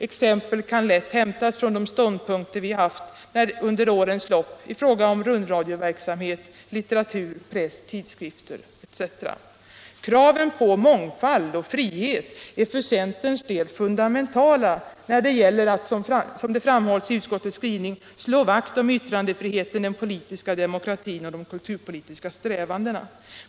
Exempel kan lätt hämtas i de ståndpunkter vi intagit under årens lopp i fråga om rundradioverksamhet, litteratur, press, tidskrifter, etc. Kraven på mångfald och frihet är för centerns del fundamentala när det gäller att — som framhålls i utskottets skrivning — slå vakt om ytt Videogram Videogram randefriheten, den politiska demokratin och de kulturpolitiska strävandena.